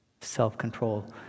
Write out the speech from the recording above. Self-control